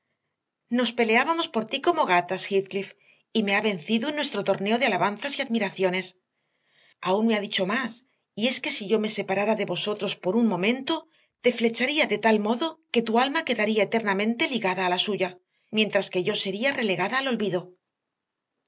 nos peleábamos por ti como gatas heathcliff y me ha vencido en nuestro torneo de alabanzas y admiraciones aún me ha dicho más y es que si yo me separara de vosotros por un momento te flecharía de tal modo que tu alma quedaría eternamente ligada a la suya mientras que yo sería relegada al olvido